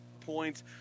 points